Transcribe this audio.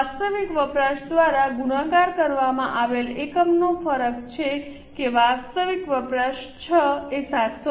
વાસ્તવિક વપરાશ દ્વારા ગુણાકાર કરવામાં આવેલા એકનો ફરક છે કે વાસ્તવિક વપરાશ 6 છે 750